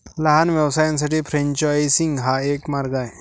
लहान व्यवसायांसाठी फ्रेंचायझिंग हा एक मार्ग आहे